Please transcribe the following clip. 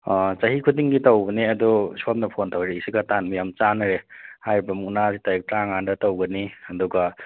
ꯆꯍꯤ ꯈꯨꯗꯤꯡꯒꯤ ꯇꯧꯕꯅꯦ ꯑꯗꯣ ꯁꯣꯝꯅ ꯐꯣꯟ ꯇꯧꯔꯛꯏꯁꯤꯒ ꯇꯥꯟꯕꯨ ꯌꯥꯝ ꯆꯥꯟꯅꯔꯦ ꯍꯥꯏꯔꯤꯕ ꯃꯨꯀꯅꯥꯁꯦ ꯇꯥꯔꯤꯛ ꯇꯔꯥ ꯃꯉꯥꯗ ꯇꯧꯒꯅꯤ ꯑꯗꯨꯒ